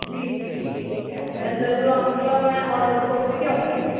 جی جی ٹھیک ہے ٹھیک ہے میں ضرور آؤں گی اور میں اور لوگ کو بھی بھی کے آؤں گی